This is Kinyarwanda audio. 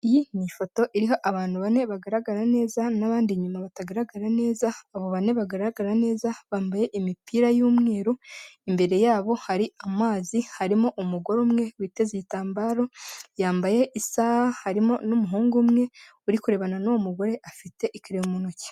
Iyi ni ifoto iriho abantu bane bagaragara neza n'abandi inyuma batagaragara neza, abo bane bagaragara neza bambaye imipira y'umweru, imbere yabo hari amazi, harimo umugore umwe witeze igitambaro yambaye isaha, harimo n'umuhungu umwe uri kurebana n'uwo mugore afite ikereyo mu ntoki.